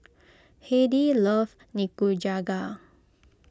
Hedy loves Nikujaga